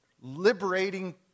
liberating